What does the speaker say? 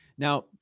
Now